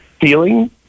feeling